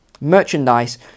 merchandise